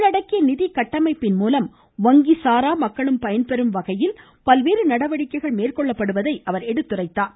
உள்ளடக்கிய நிதி கட்டமைப்பின் மூலம் வங்கி சாரா மக்களும் பயன்பெறும் வகையிலும் பல்வேறு நடவடிக்கைகள் மேற்கொள்ளப்படுவதை அவர் சுட்டிக்காட்டினார்